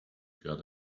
got